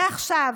ועכשיו,